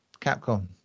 capcom